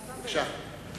בבקשה.